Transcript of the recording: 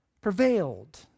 prevailed